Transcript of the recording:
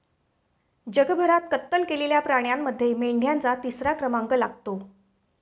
जगभरात कत्तल केलेल्या प्राण्यांमध्ये मेंढ्यांचा तिसरा क्रमांक लागतो